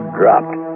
dropped